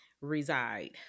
reside